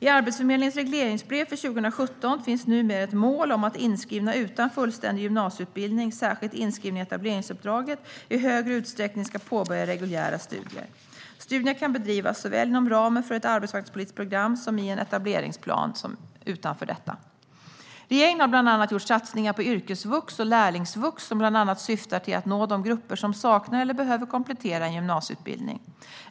I Arbetsförmedlingens regleringsbrev för 2017 finns numera ett mål om att inskrivna utan fullständig gymnasieutbildning, särskilt inskrivna i etableringsuppdraget, i större utsträckning ska påbörja reguljära studier. Studierna kan bedrivas såväl inom ramen för ett arbetsmarknadspolitiskt program som i en etableringsplan utanför dessa. Regeringen har bland annat gjort satsningar på yrkesvux och lärlingsvux som bland annat syftar till att nå de grupper som saknar eller behöver komplettera en gymnasieutbildning.